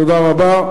תודה רבה.